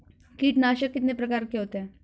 कीटनाशक कितने प्रकार के होते हैं?